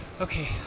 okay